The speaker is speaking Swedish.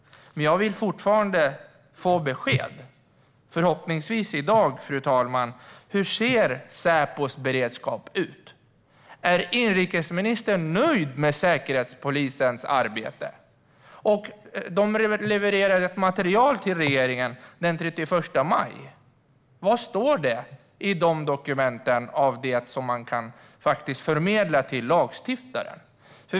Men jag vill fortfarande få besked, förhoppningsvis i dag, fru talman. Hur ser Säpos beredskap ut? Är inrikesministern nöjd med Säkerhetspolisens arbete? De levererade ett material till regeringen den 31 maj - vad står det i de dokumenten, som faktiskt kan förmedlas till lagstiftaren?